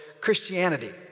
Christianity